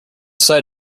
decided